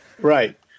Right